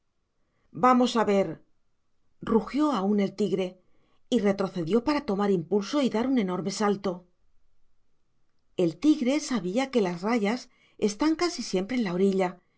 vamos a ver rugió aún el tigre y retrocedió para tomar impulso y dar un enorme salto el tigre sabía que las rayas están casi siempre en la orilla